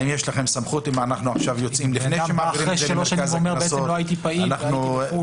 נניח בן אדם בא אחרי שלוש שנים ואומר: לא הייתי פעיל או הייתי בחו"ל.